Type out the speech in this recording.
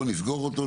בוא נסגור אותו,